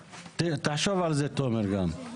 תחשוב על זה, תומר, גם.